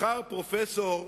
מחר פרופסור,